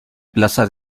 plaza